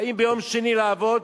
באים ביום שני לעבוד,